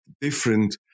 different